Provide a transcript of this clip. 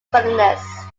columnists